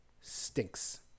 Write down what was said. stinks